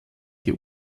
die